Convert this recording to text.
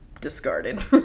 discarded